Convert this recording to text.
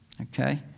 Okay